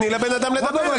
תני לבן אדם לדבר.